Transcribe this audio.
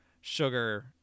sugar